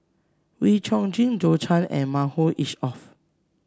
Wee Chong Jin Zhou Can and Mahmood Yusof